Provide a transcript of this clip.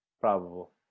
Probable